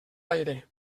aire